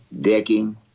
decking